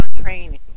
training